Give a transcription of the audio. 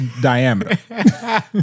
diameter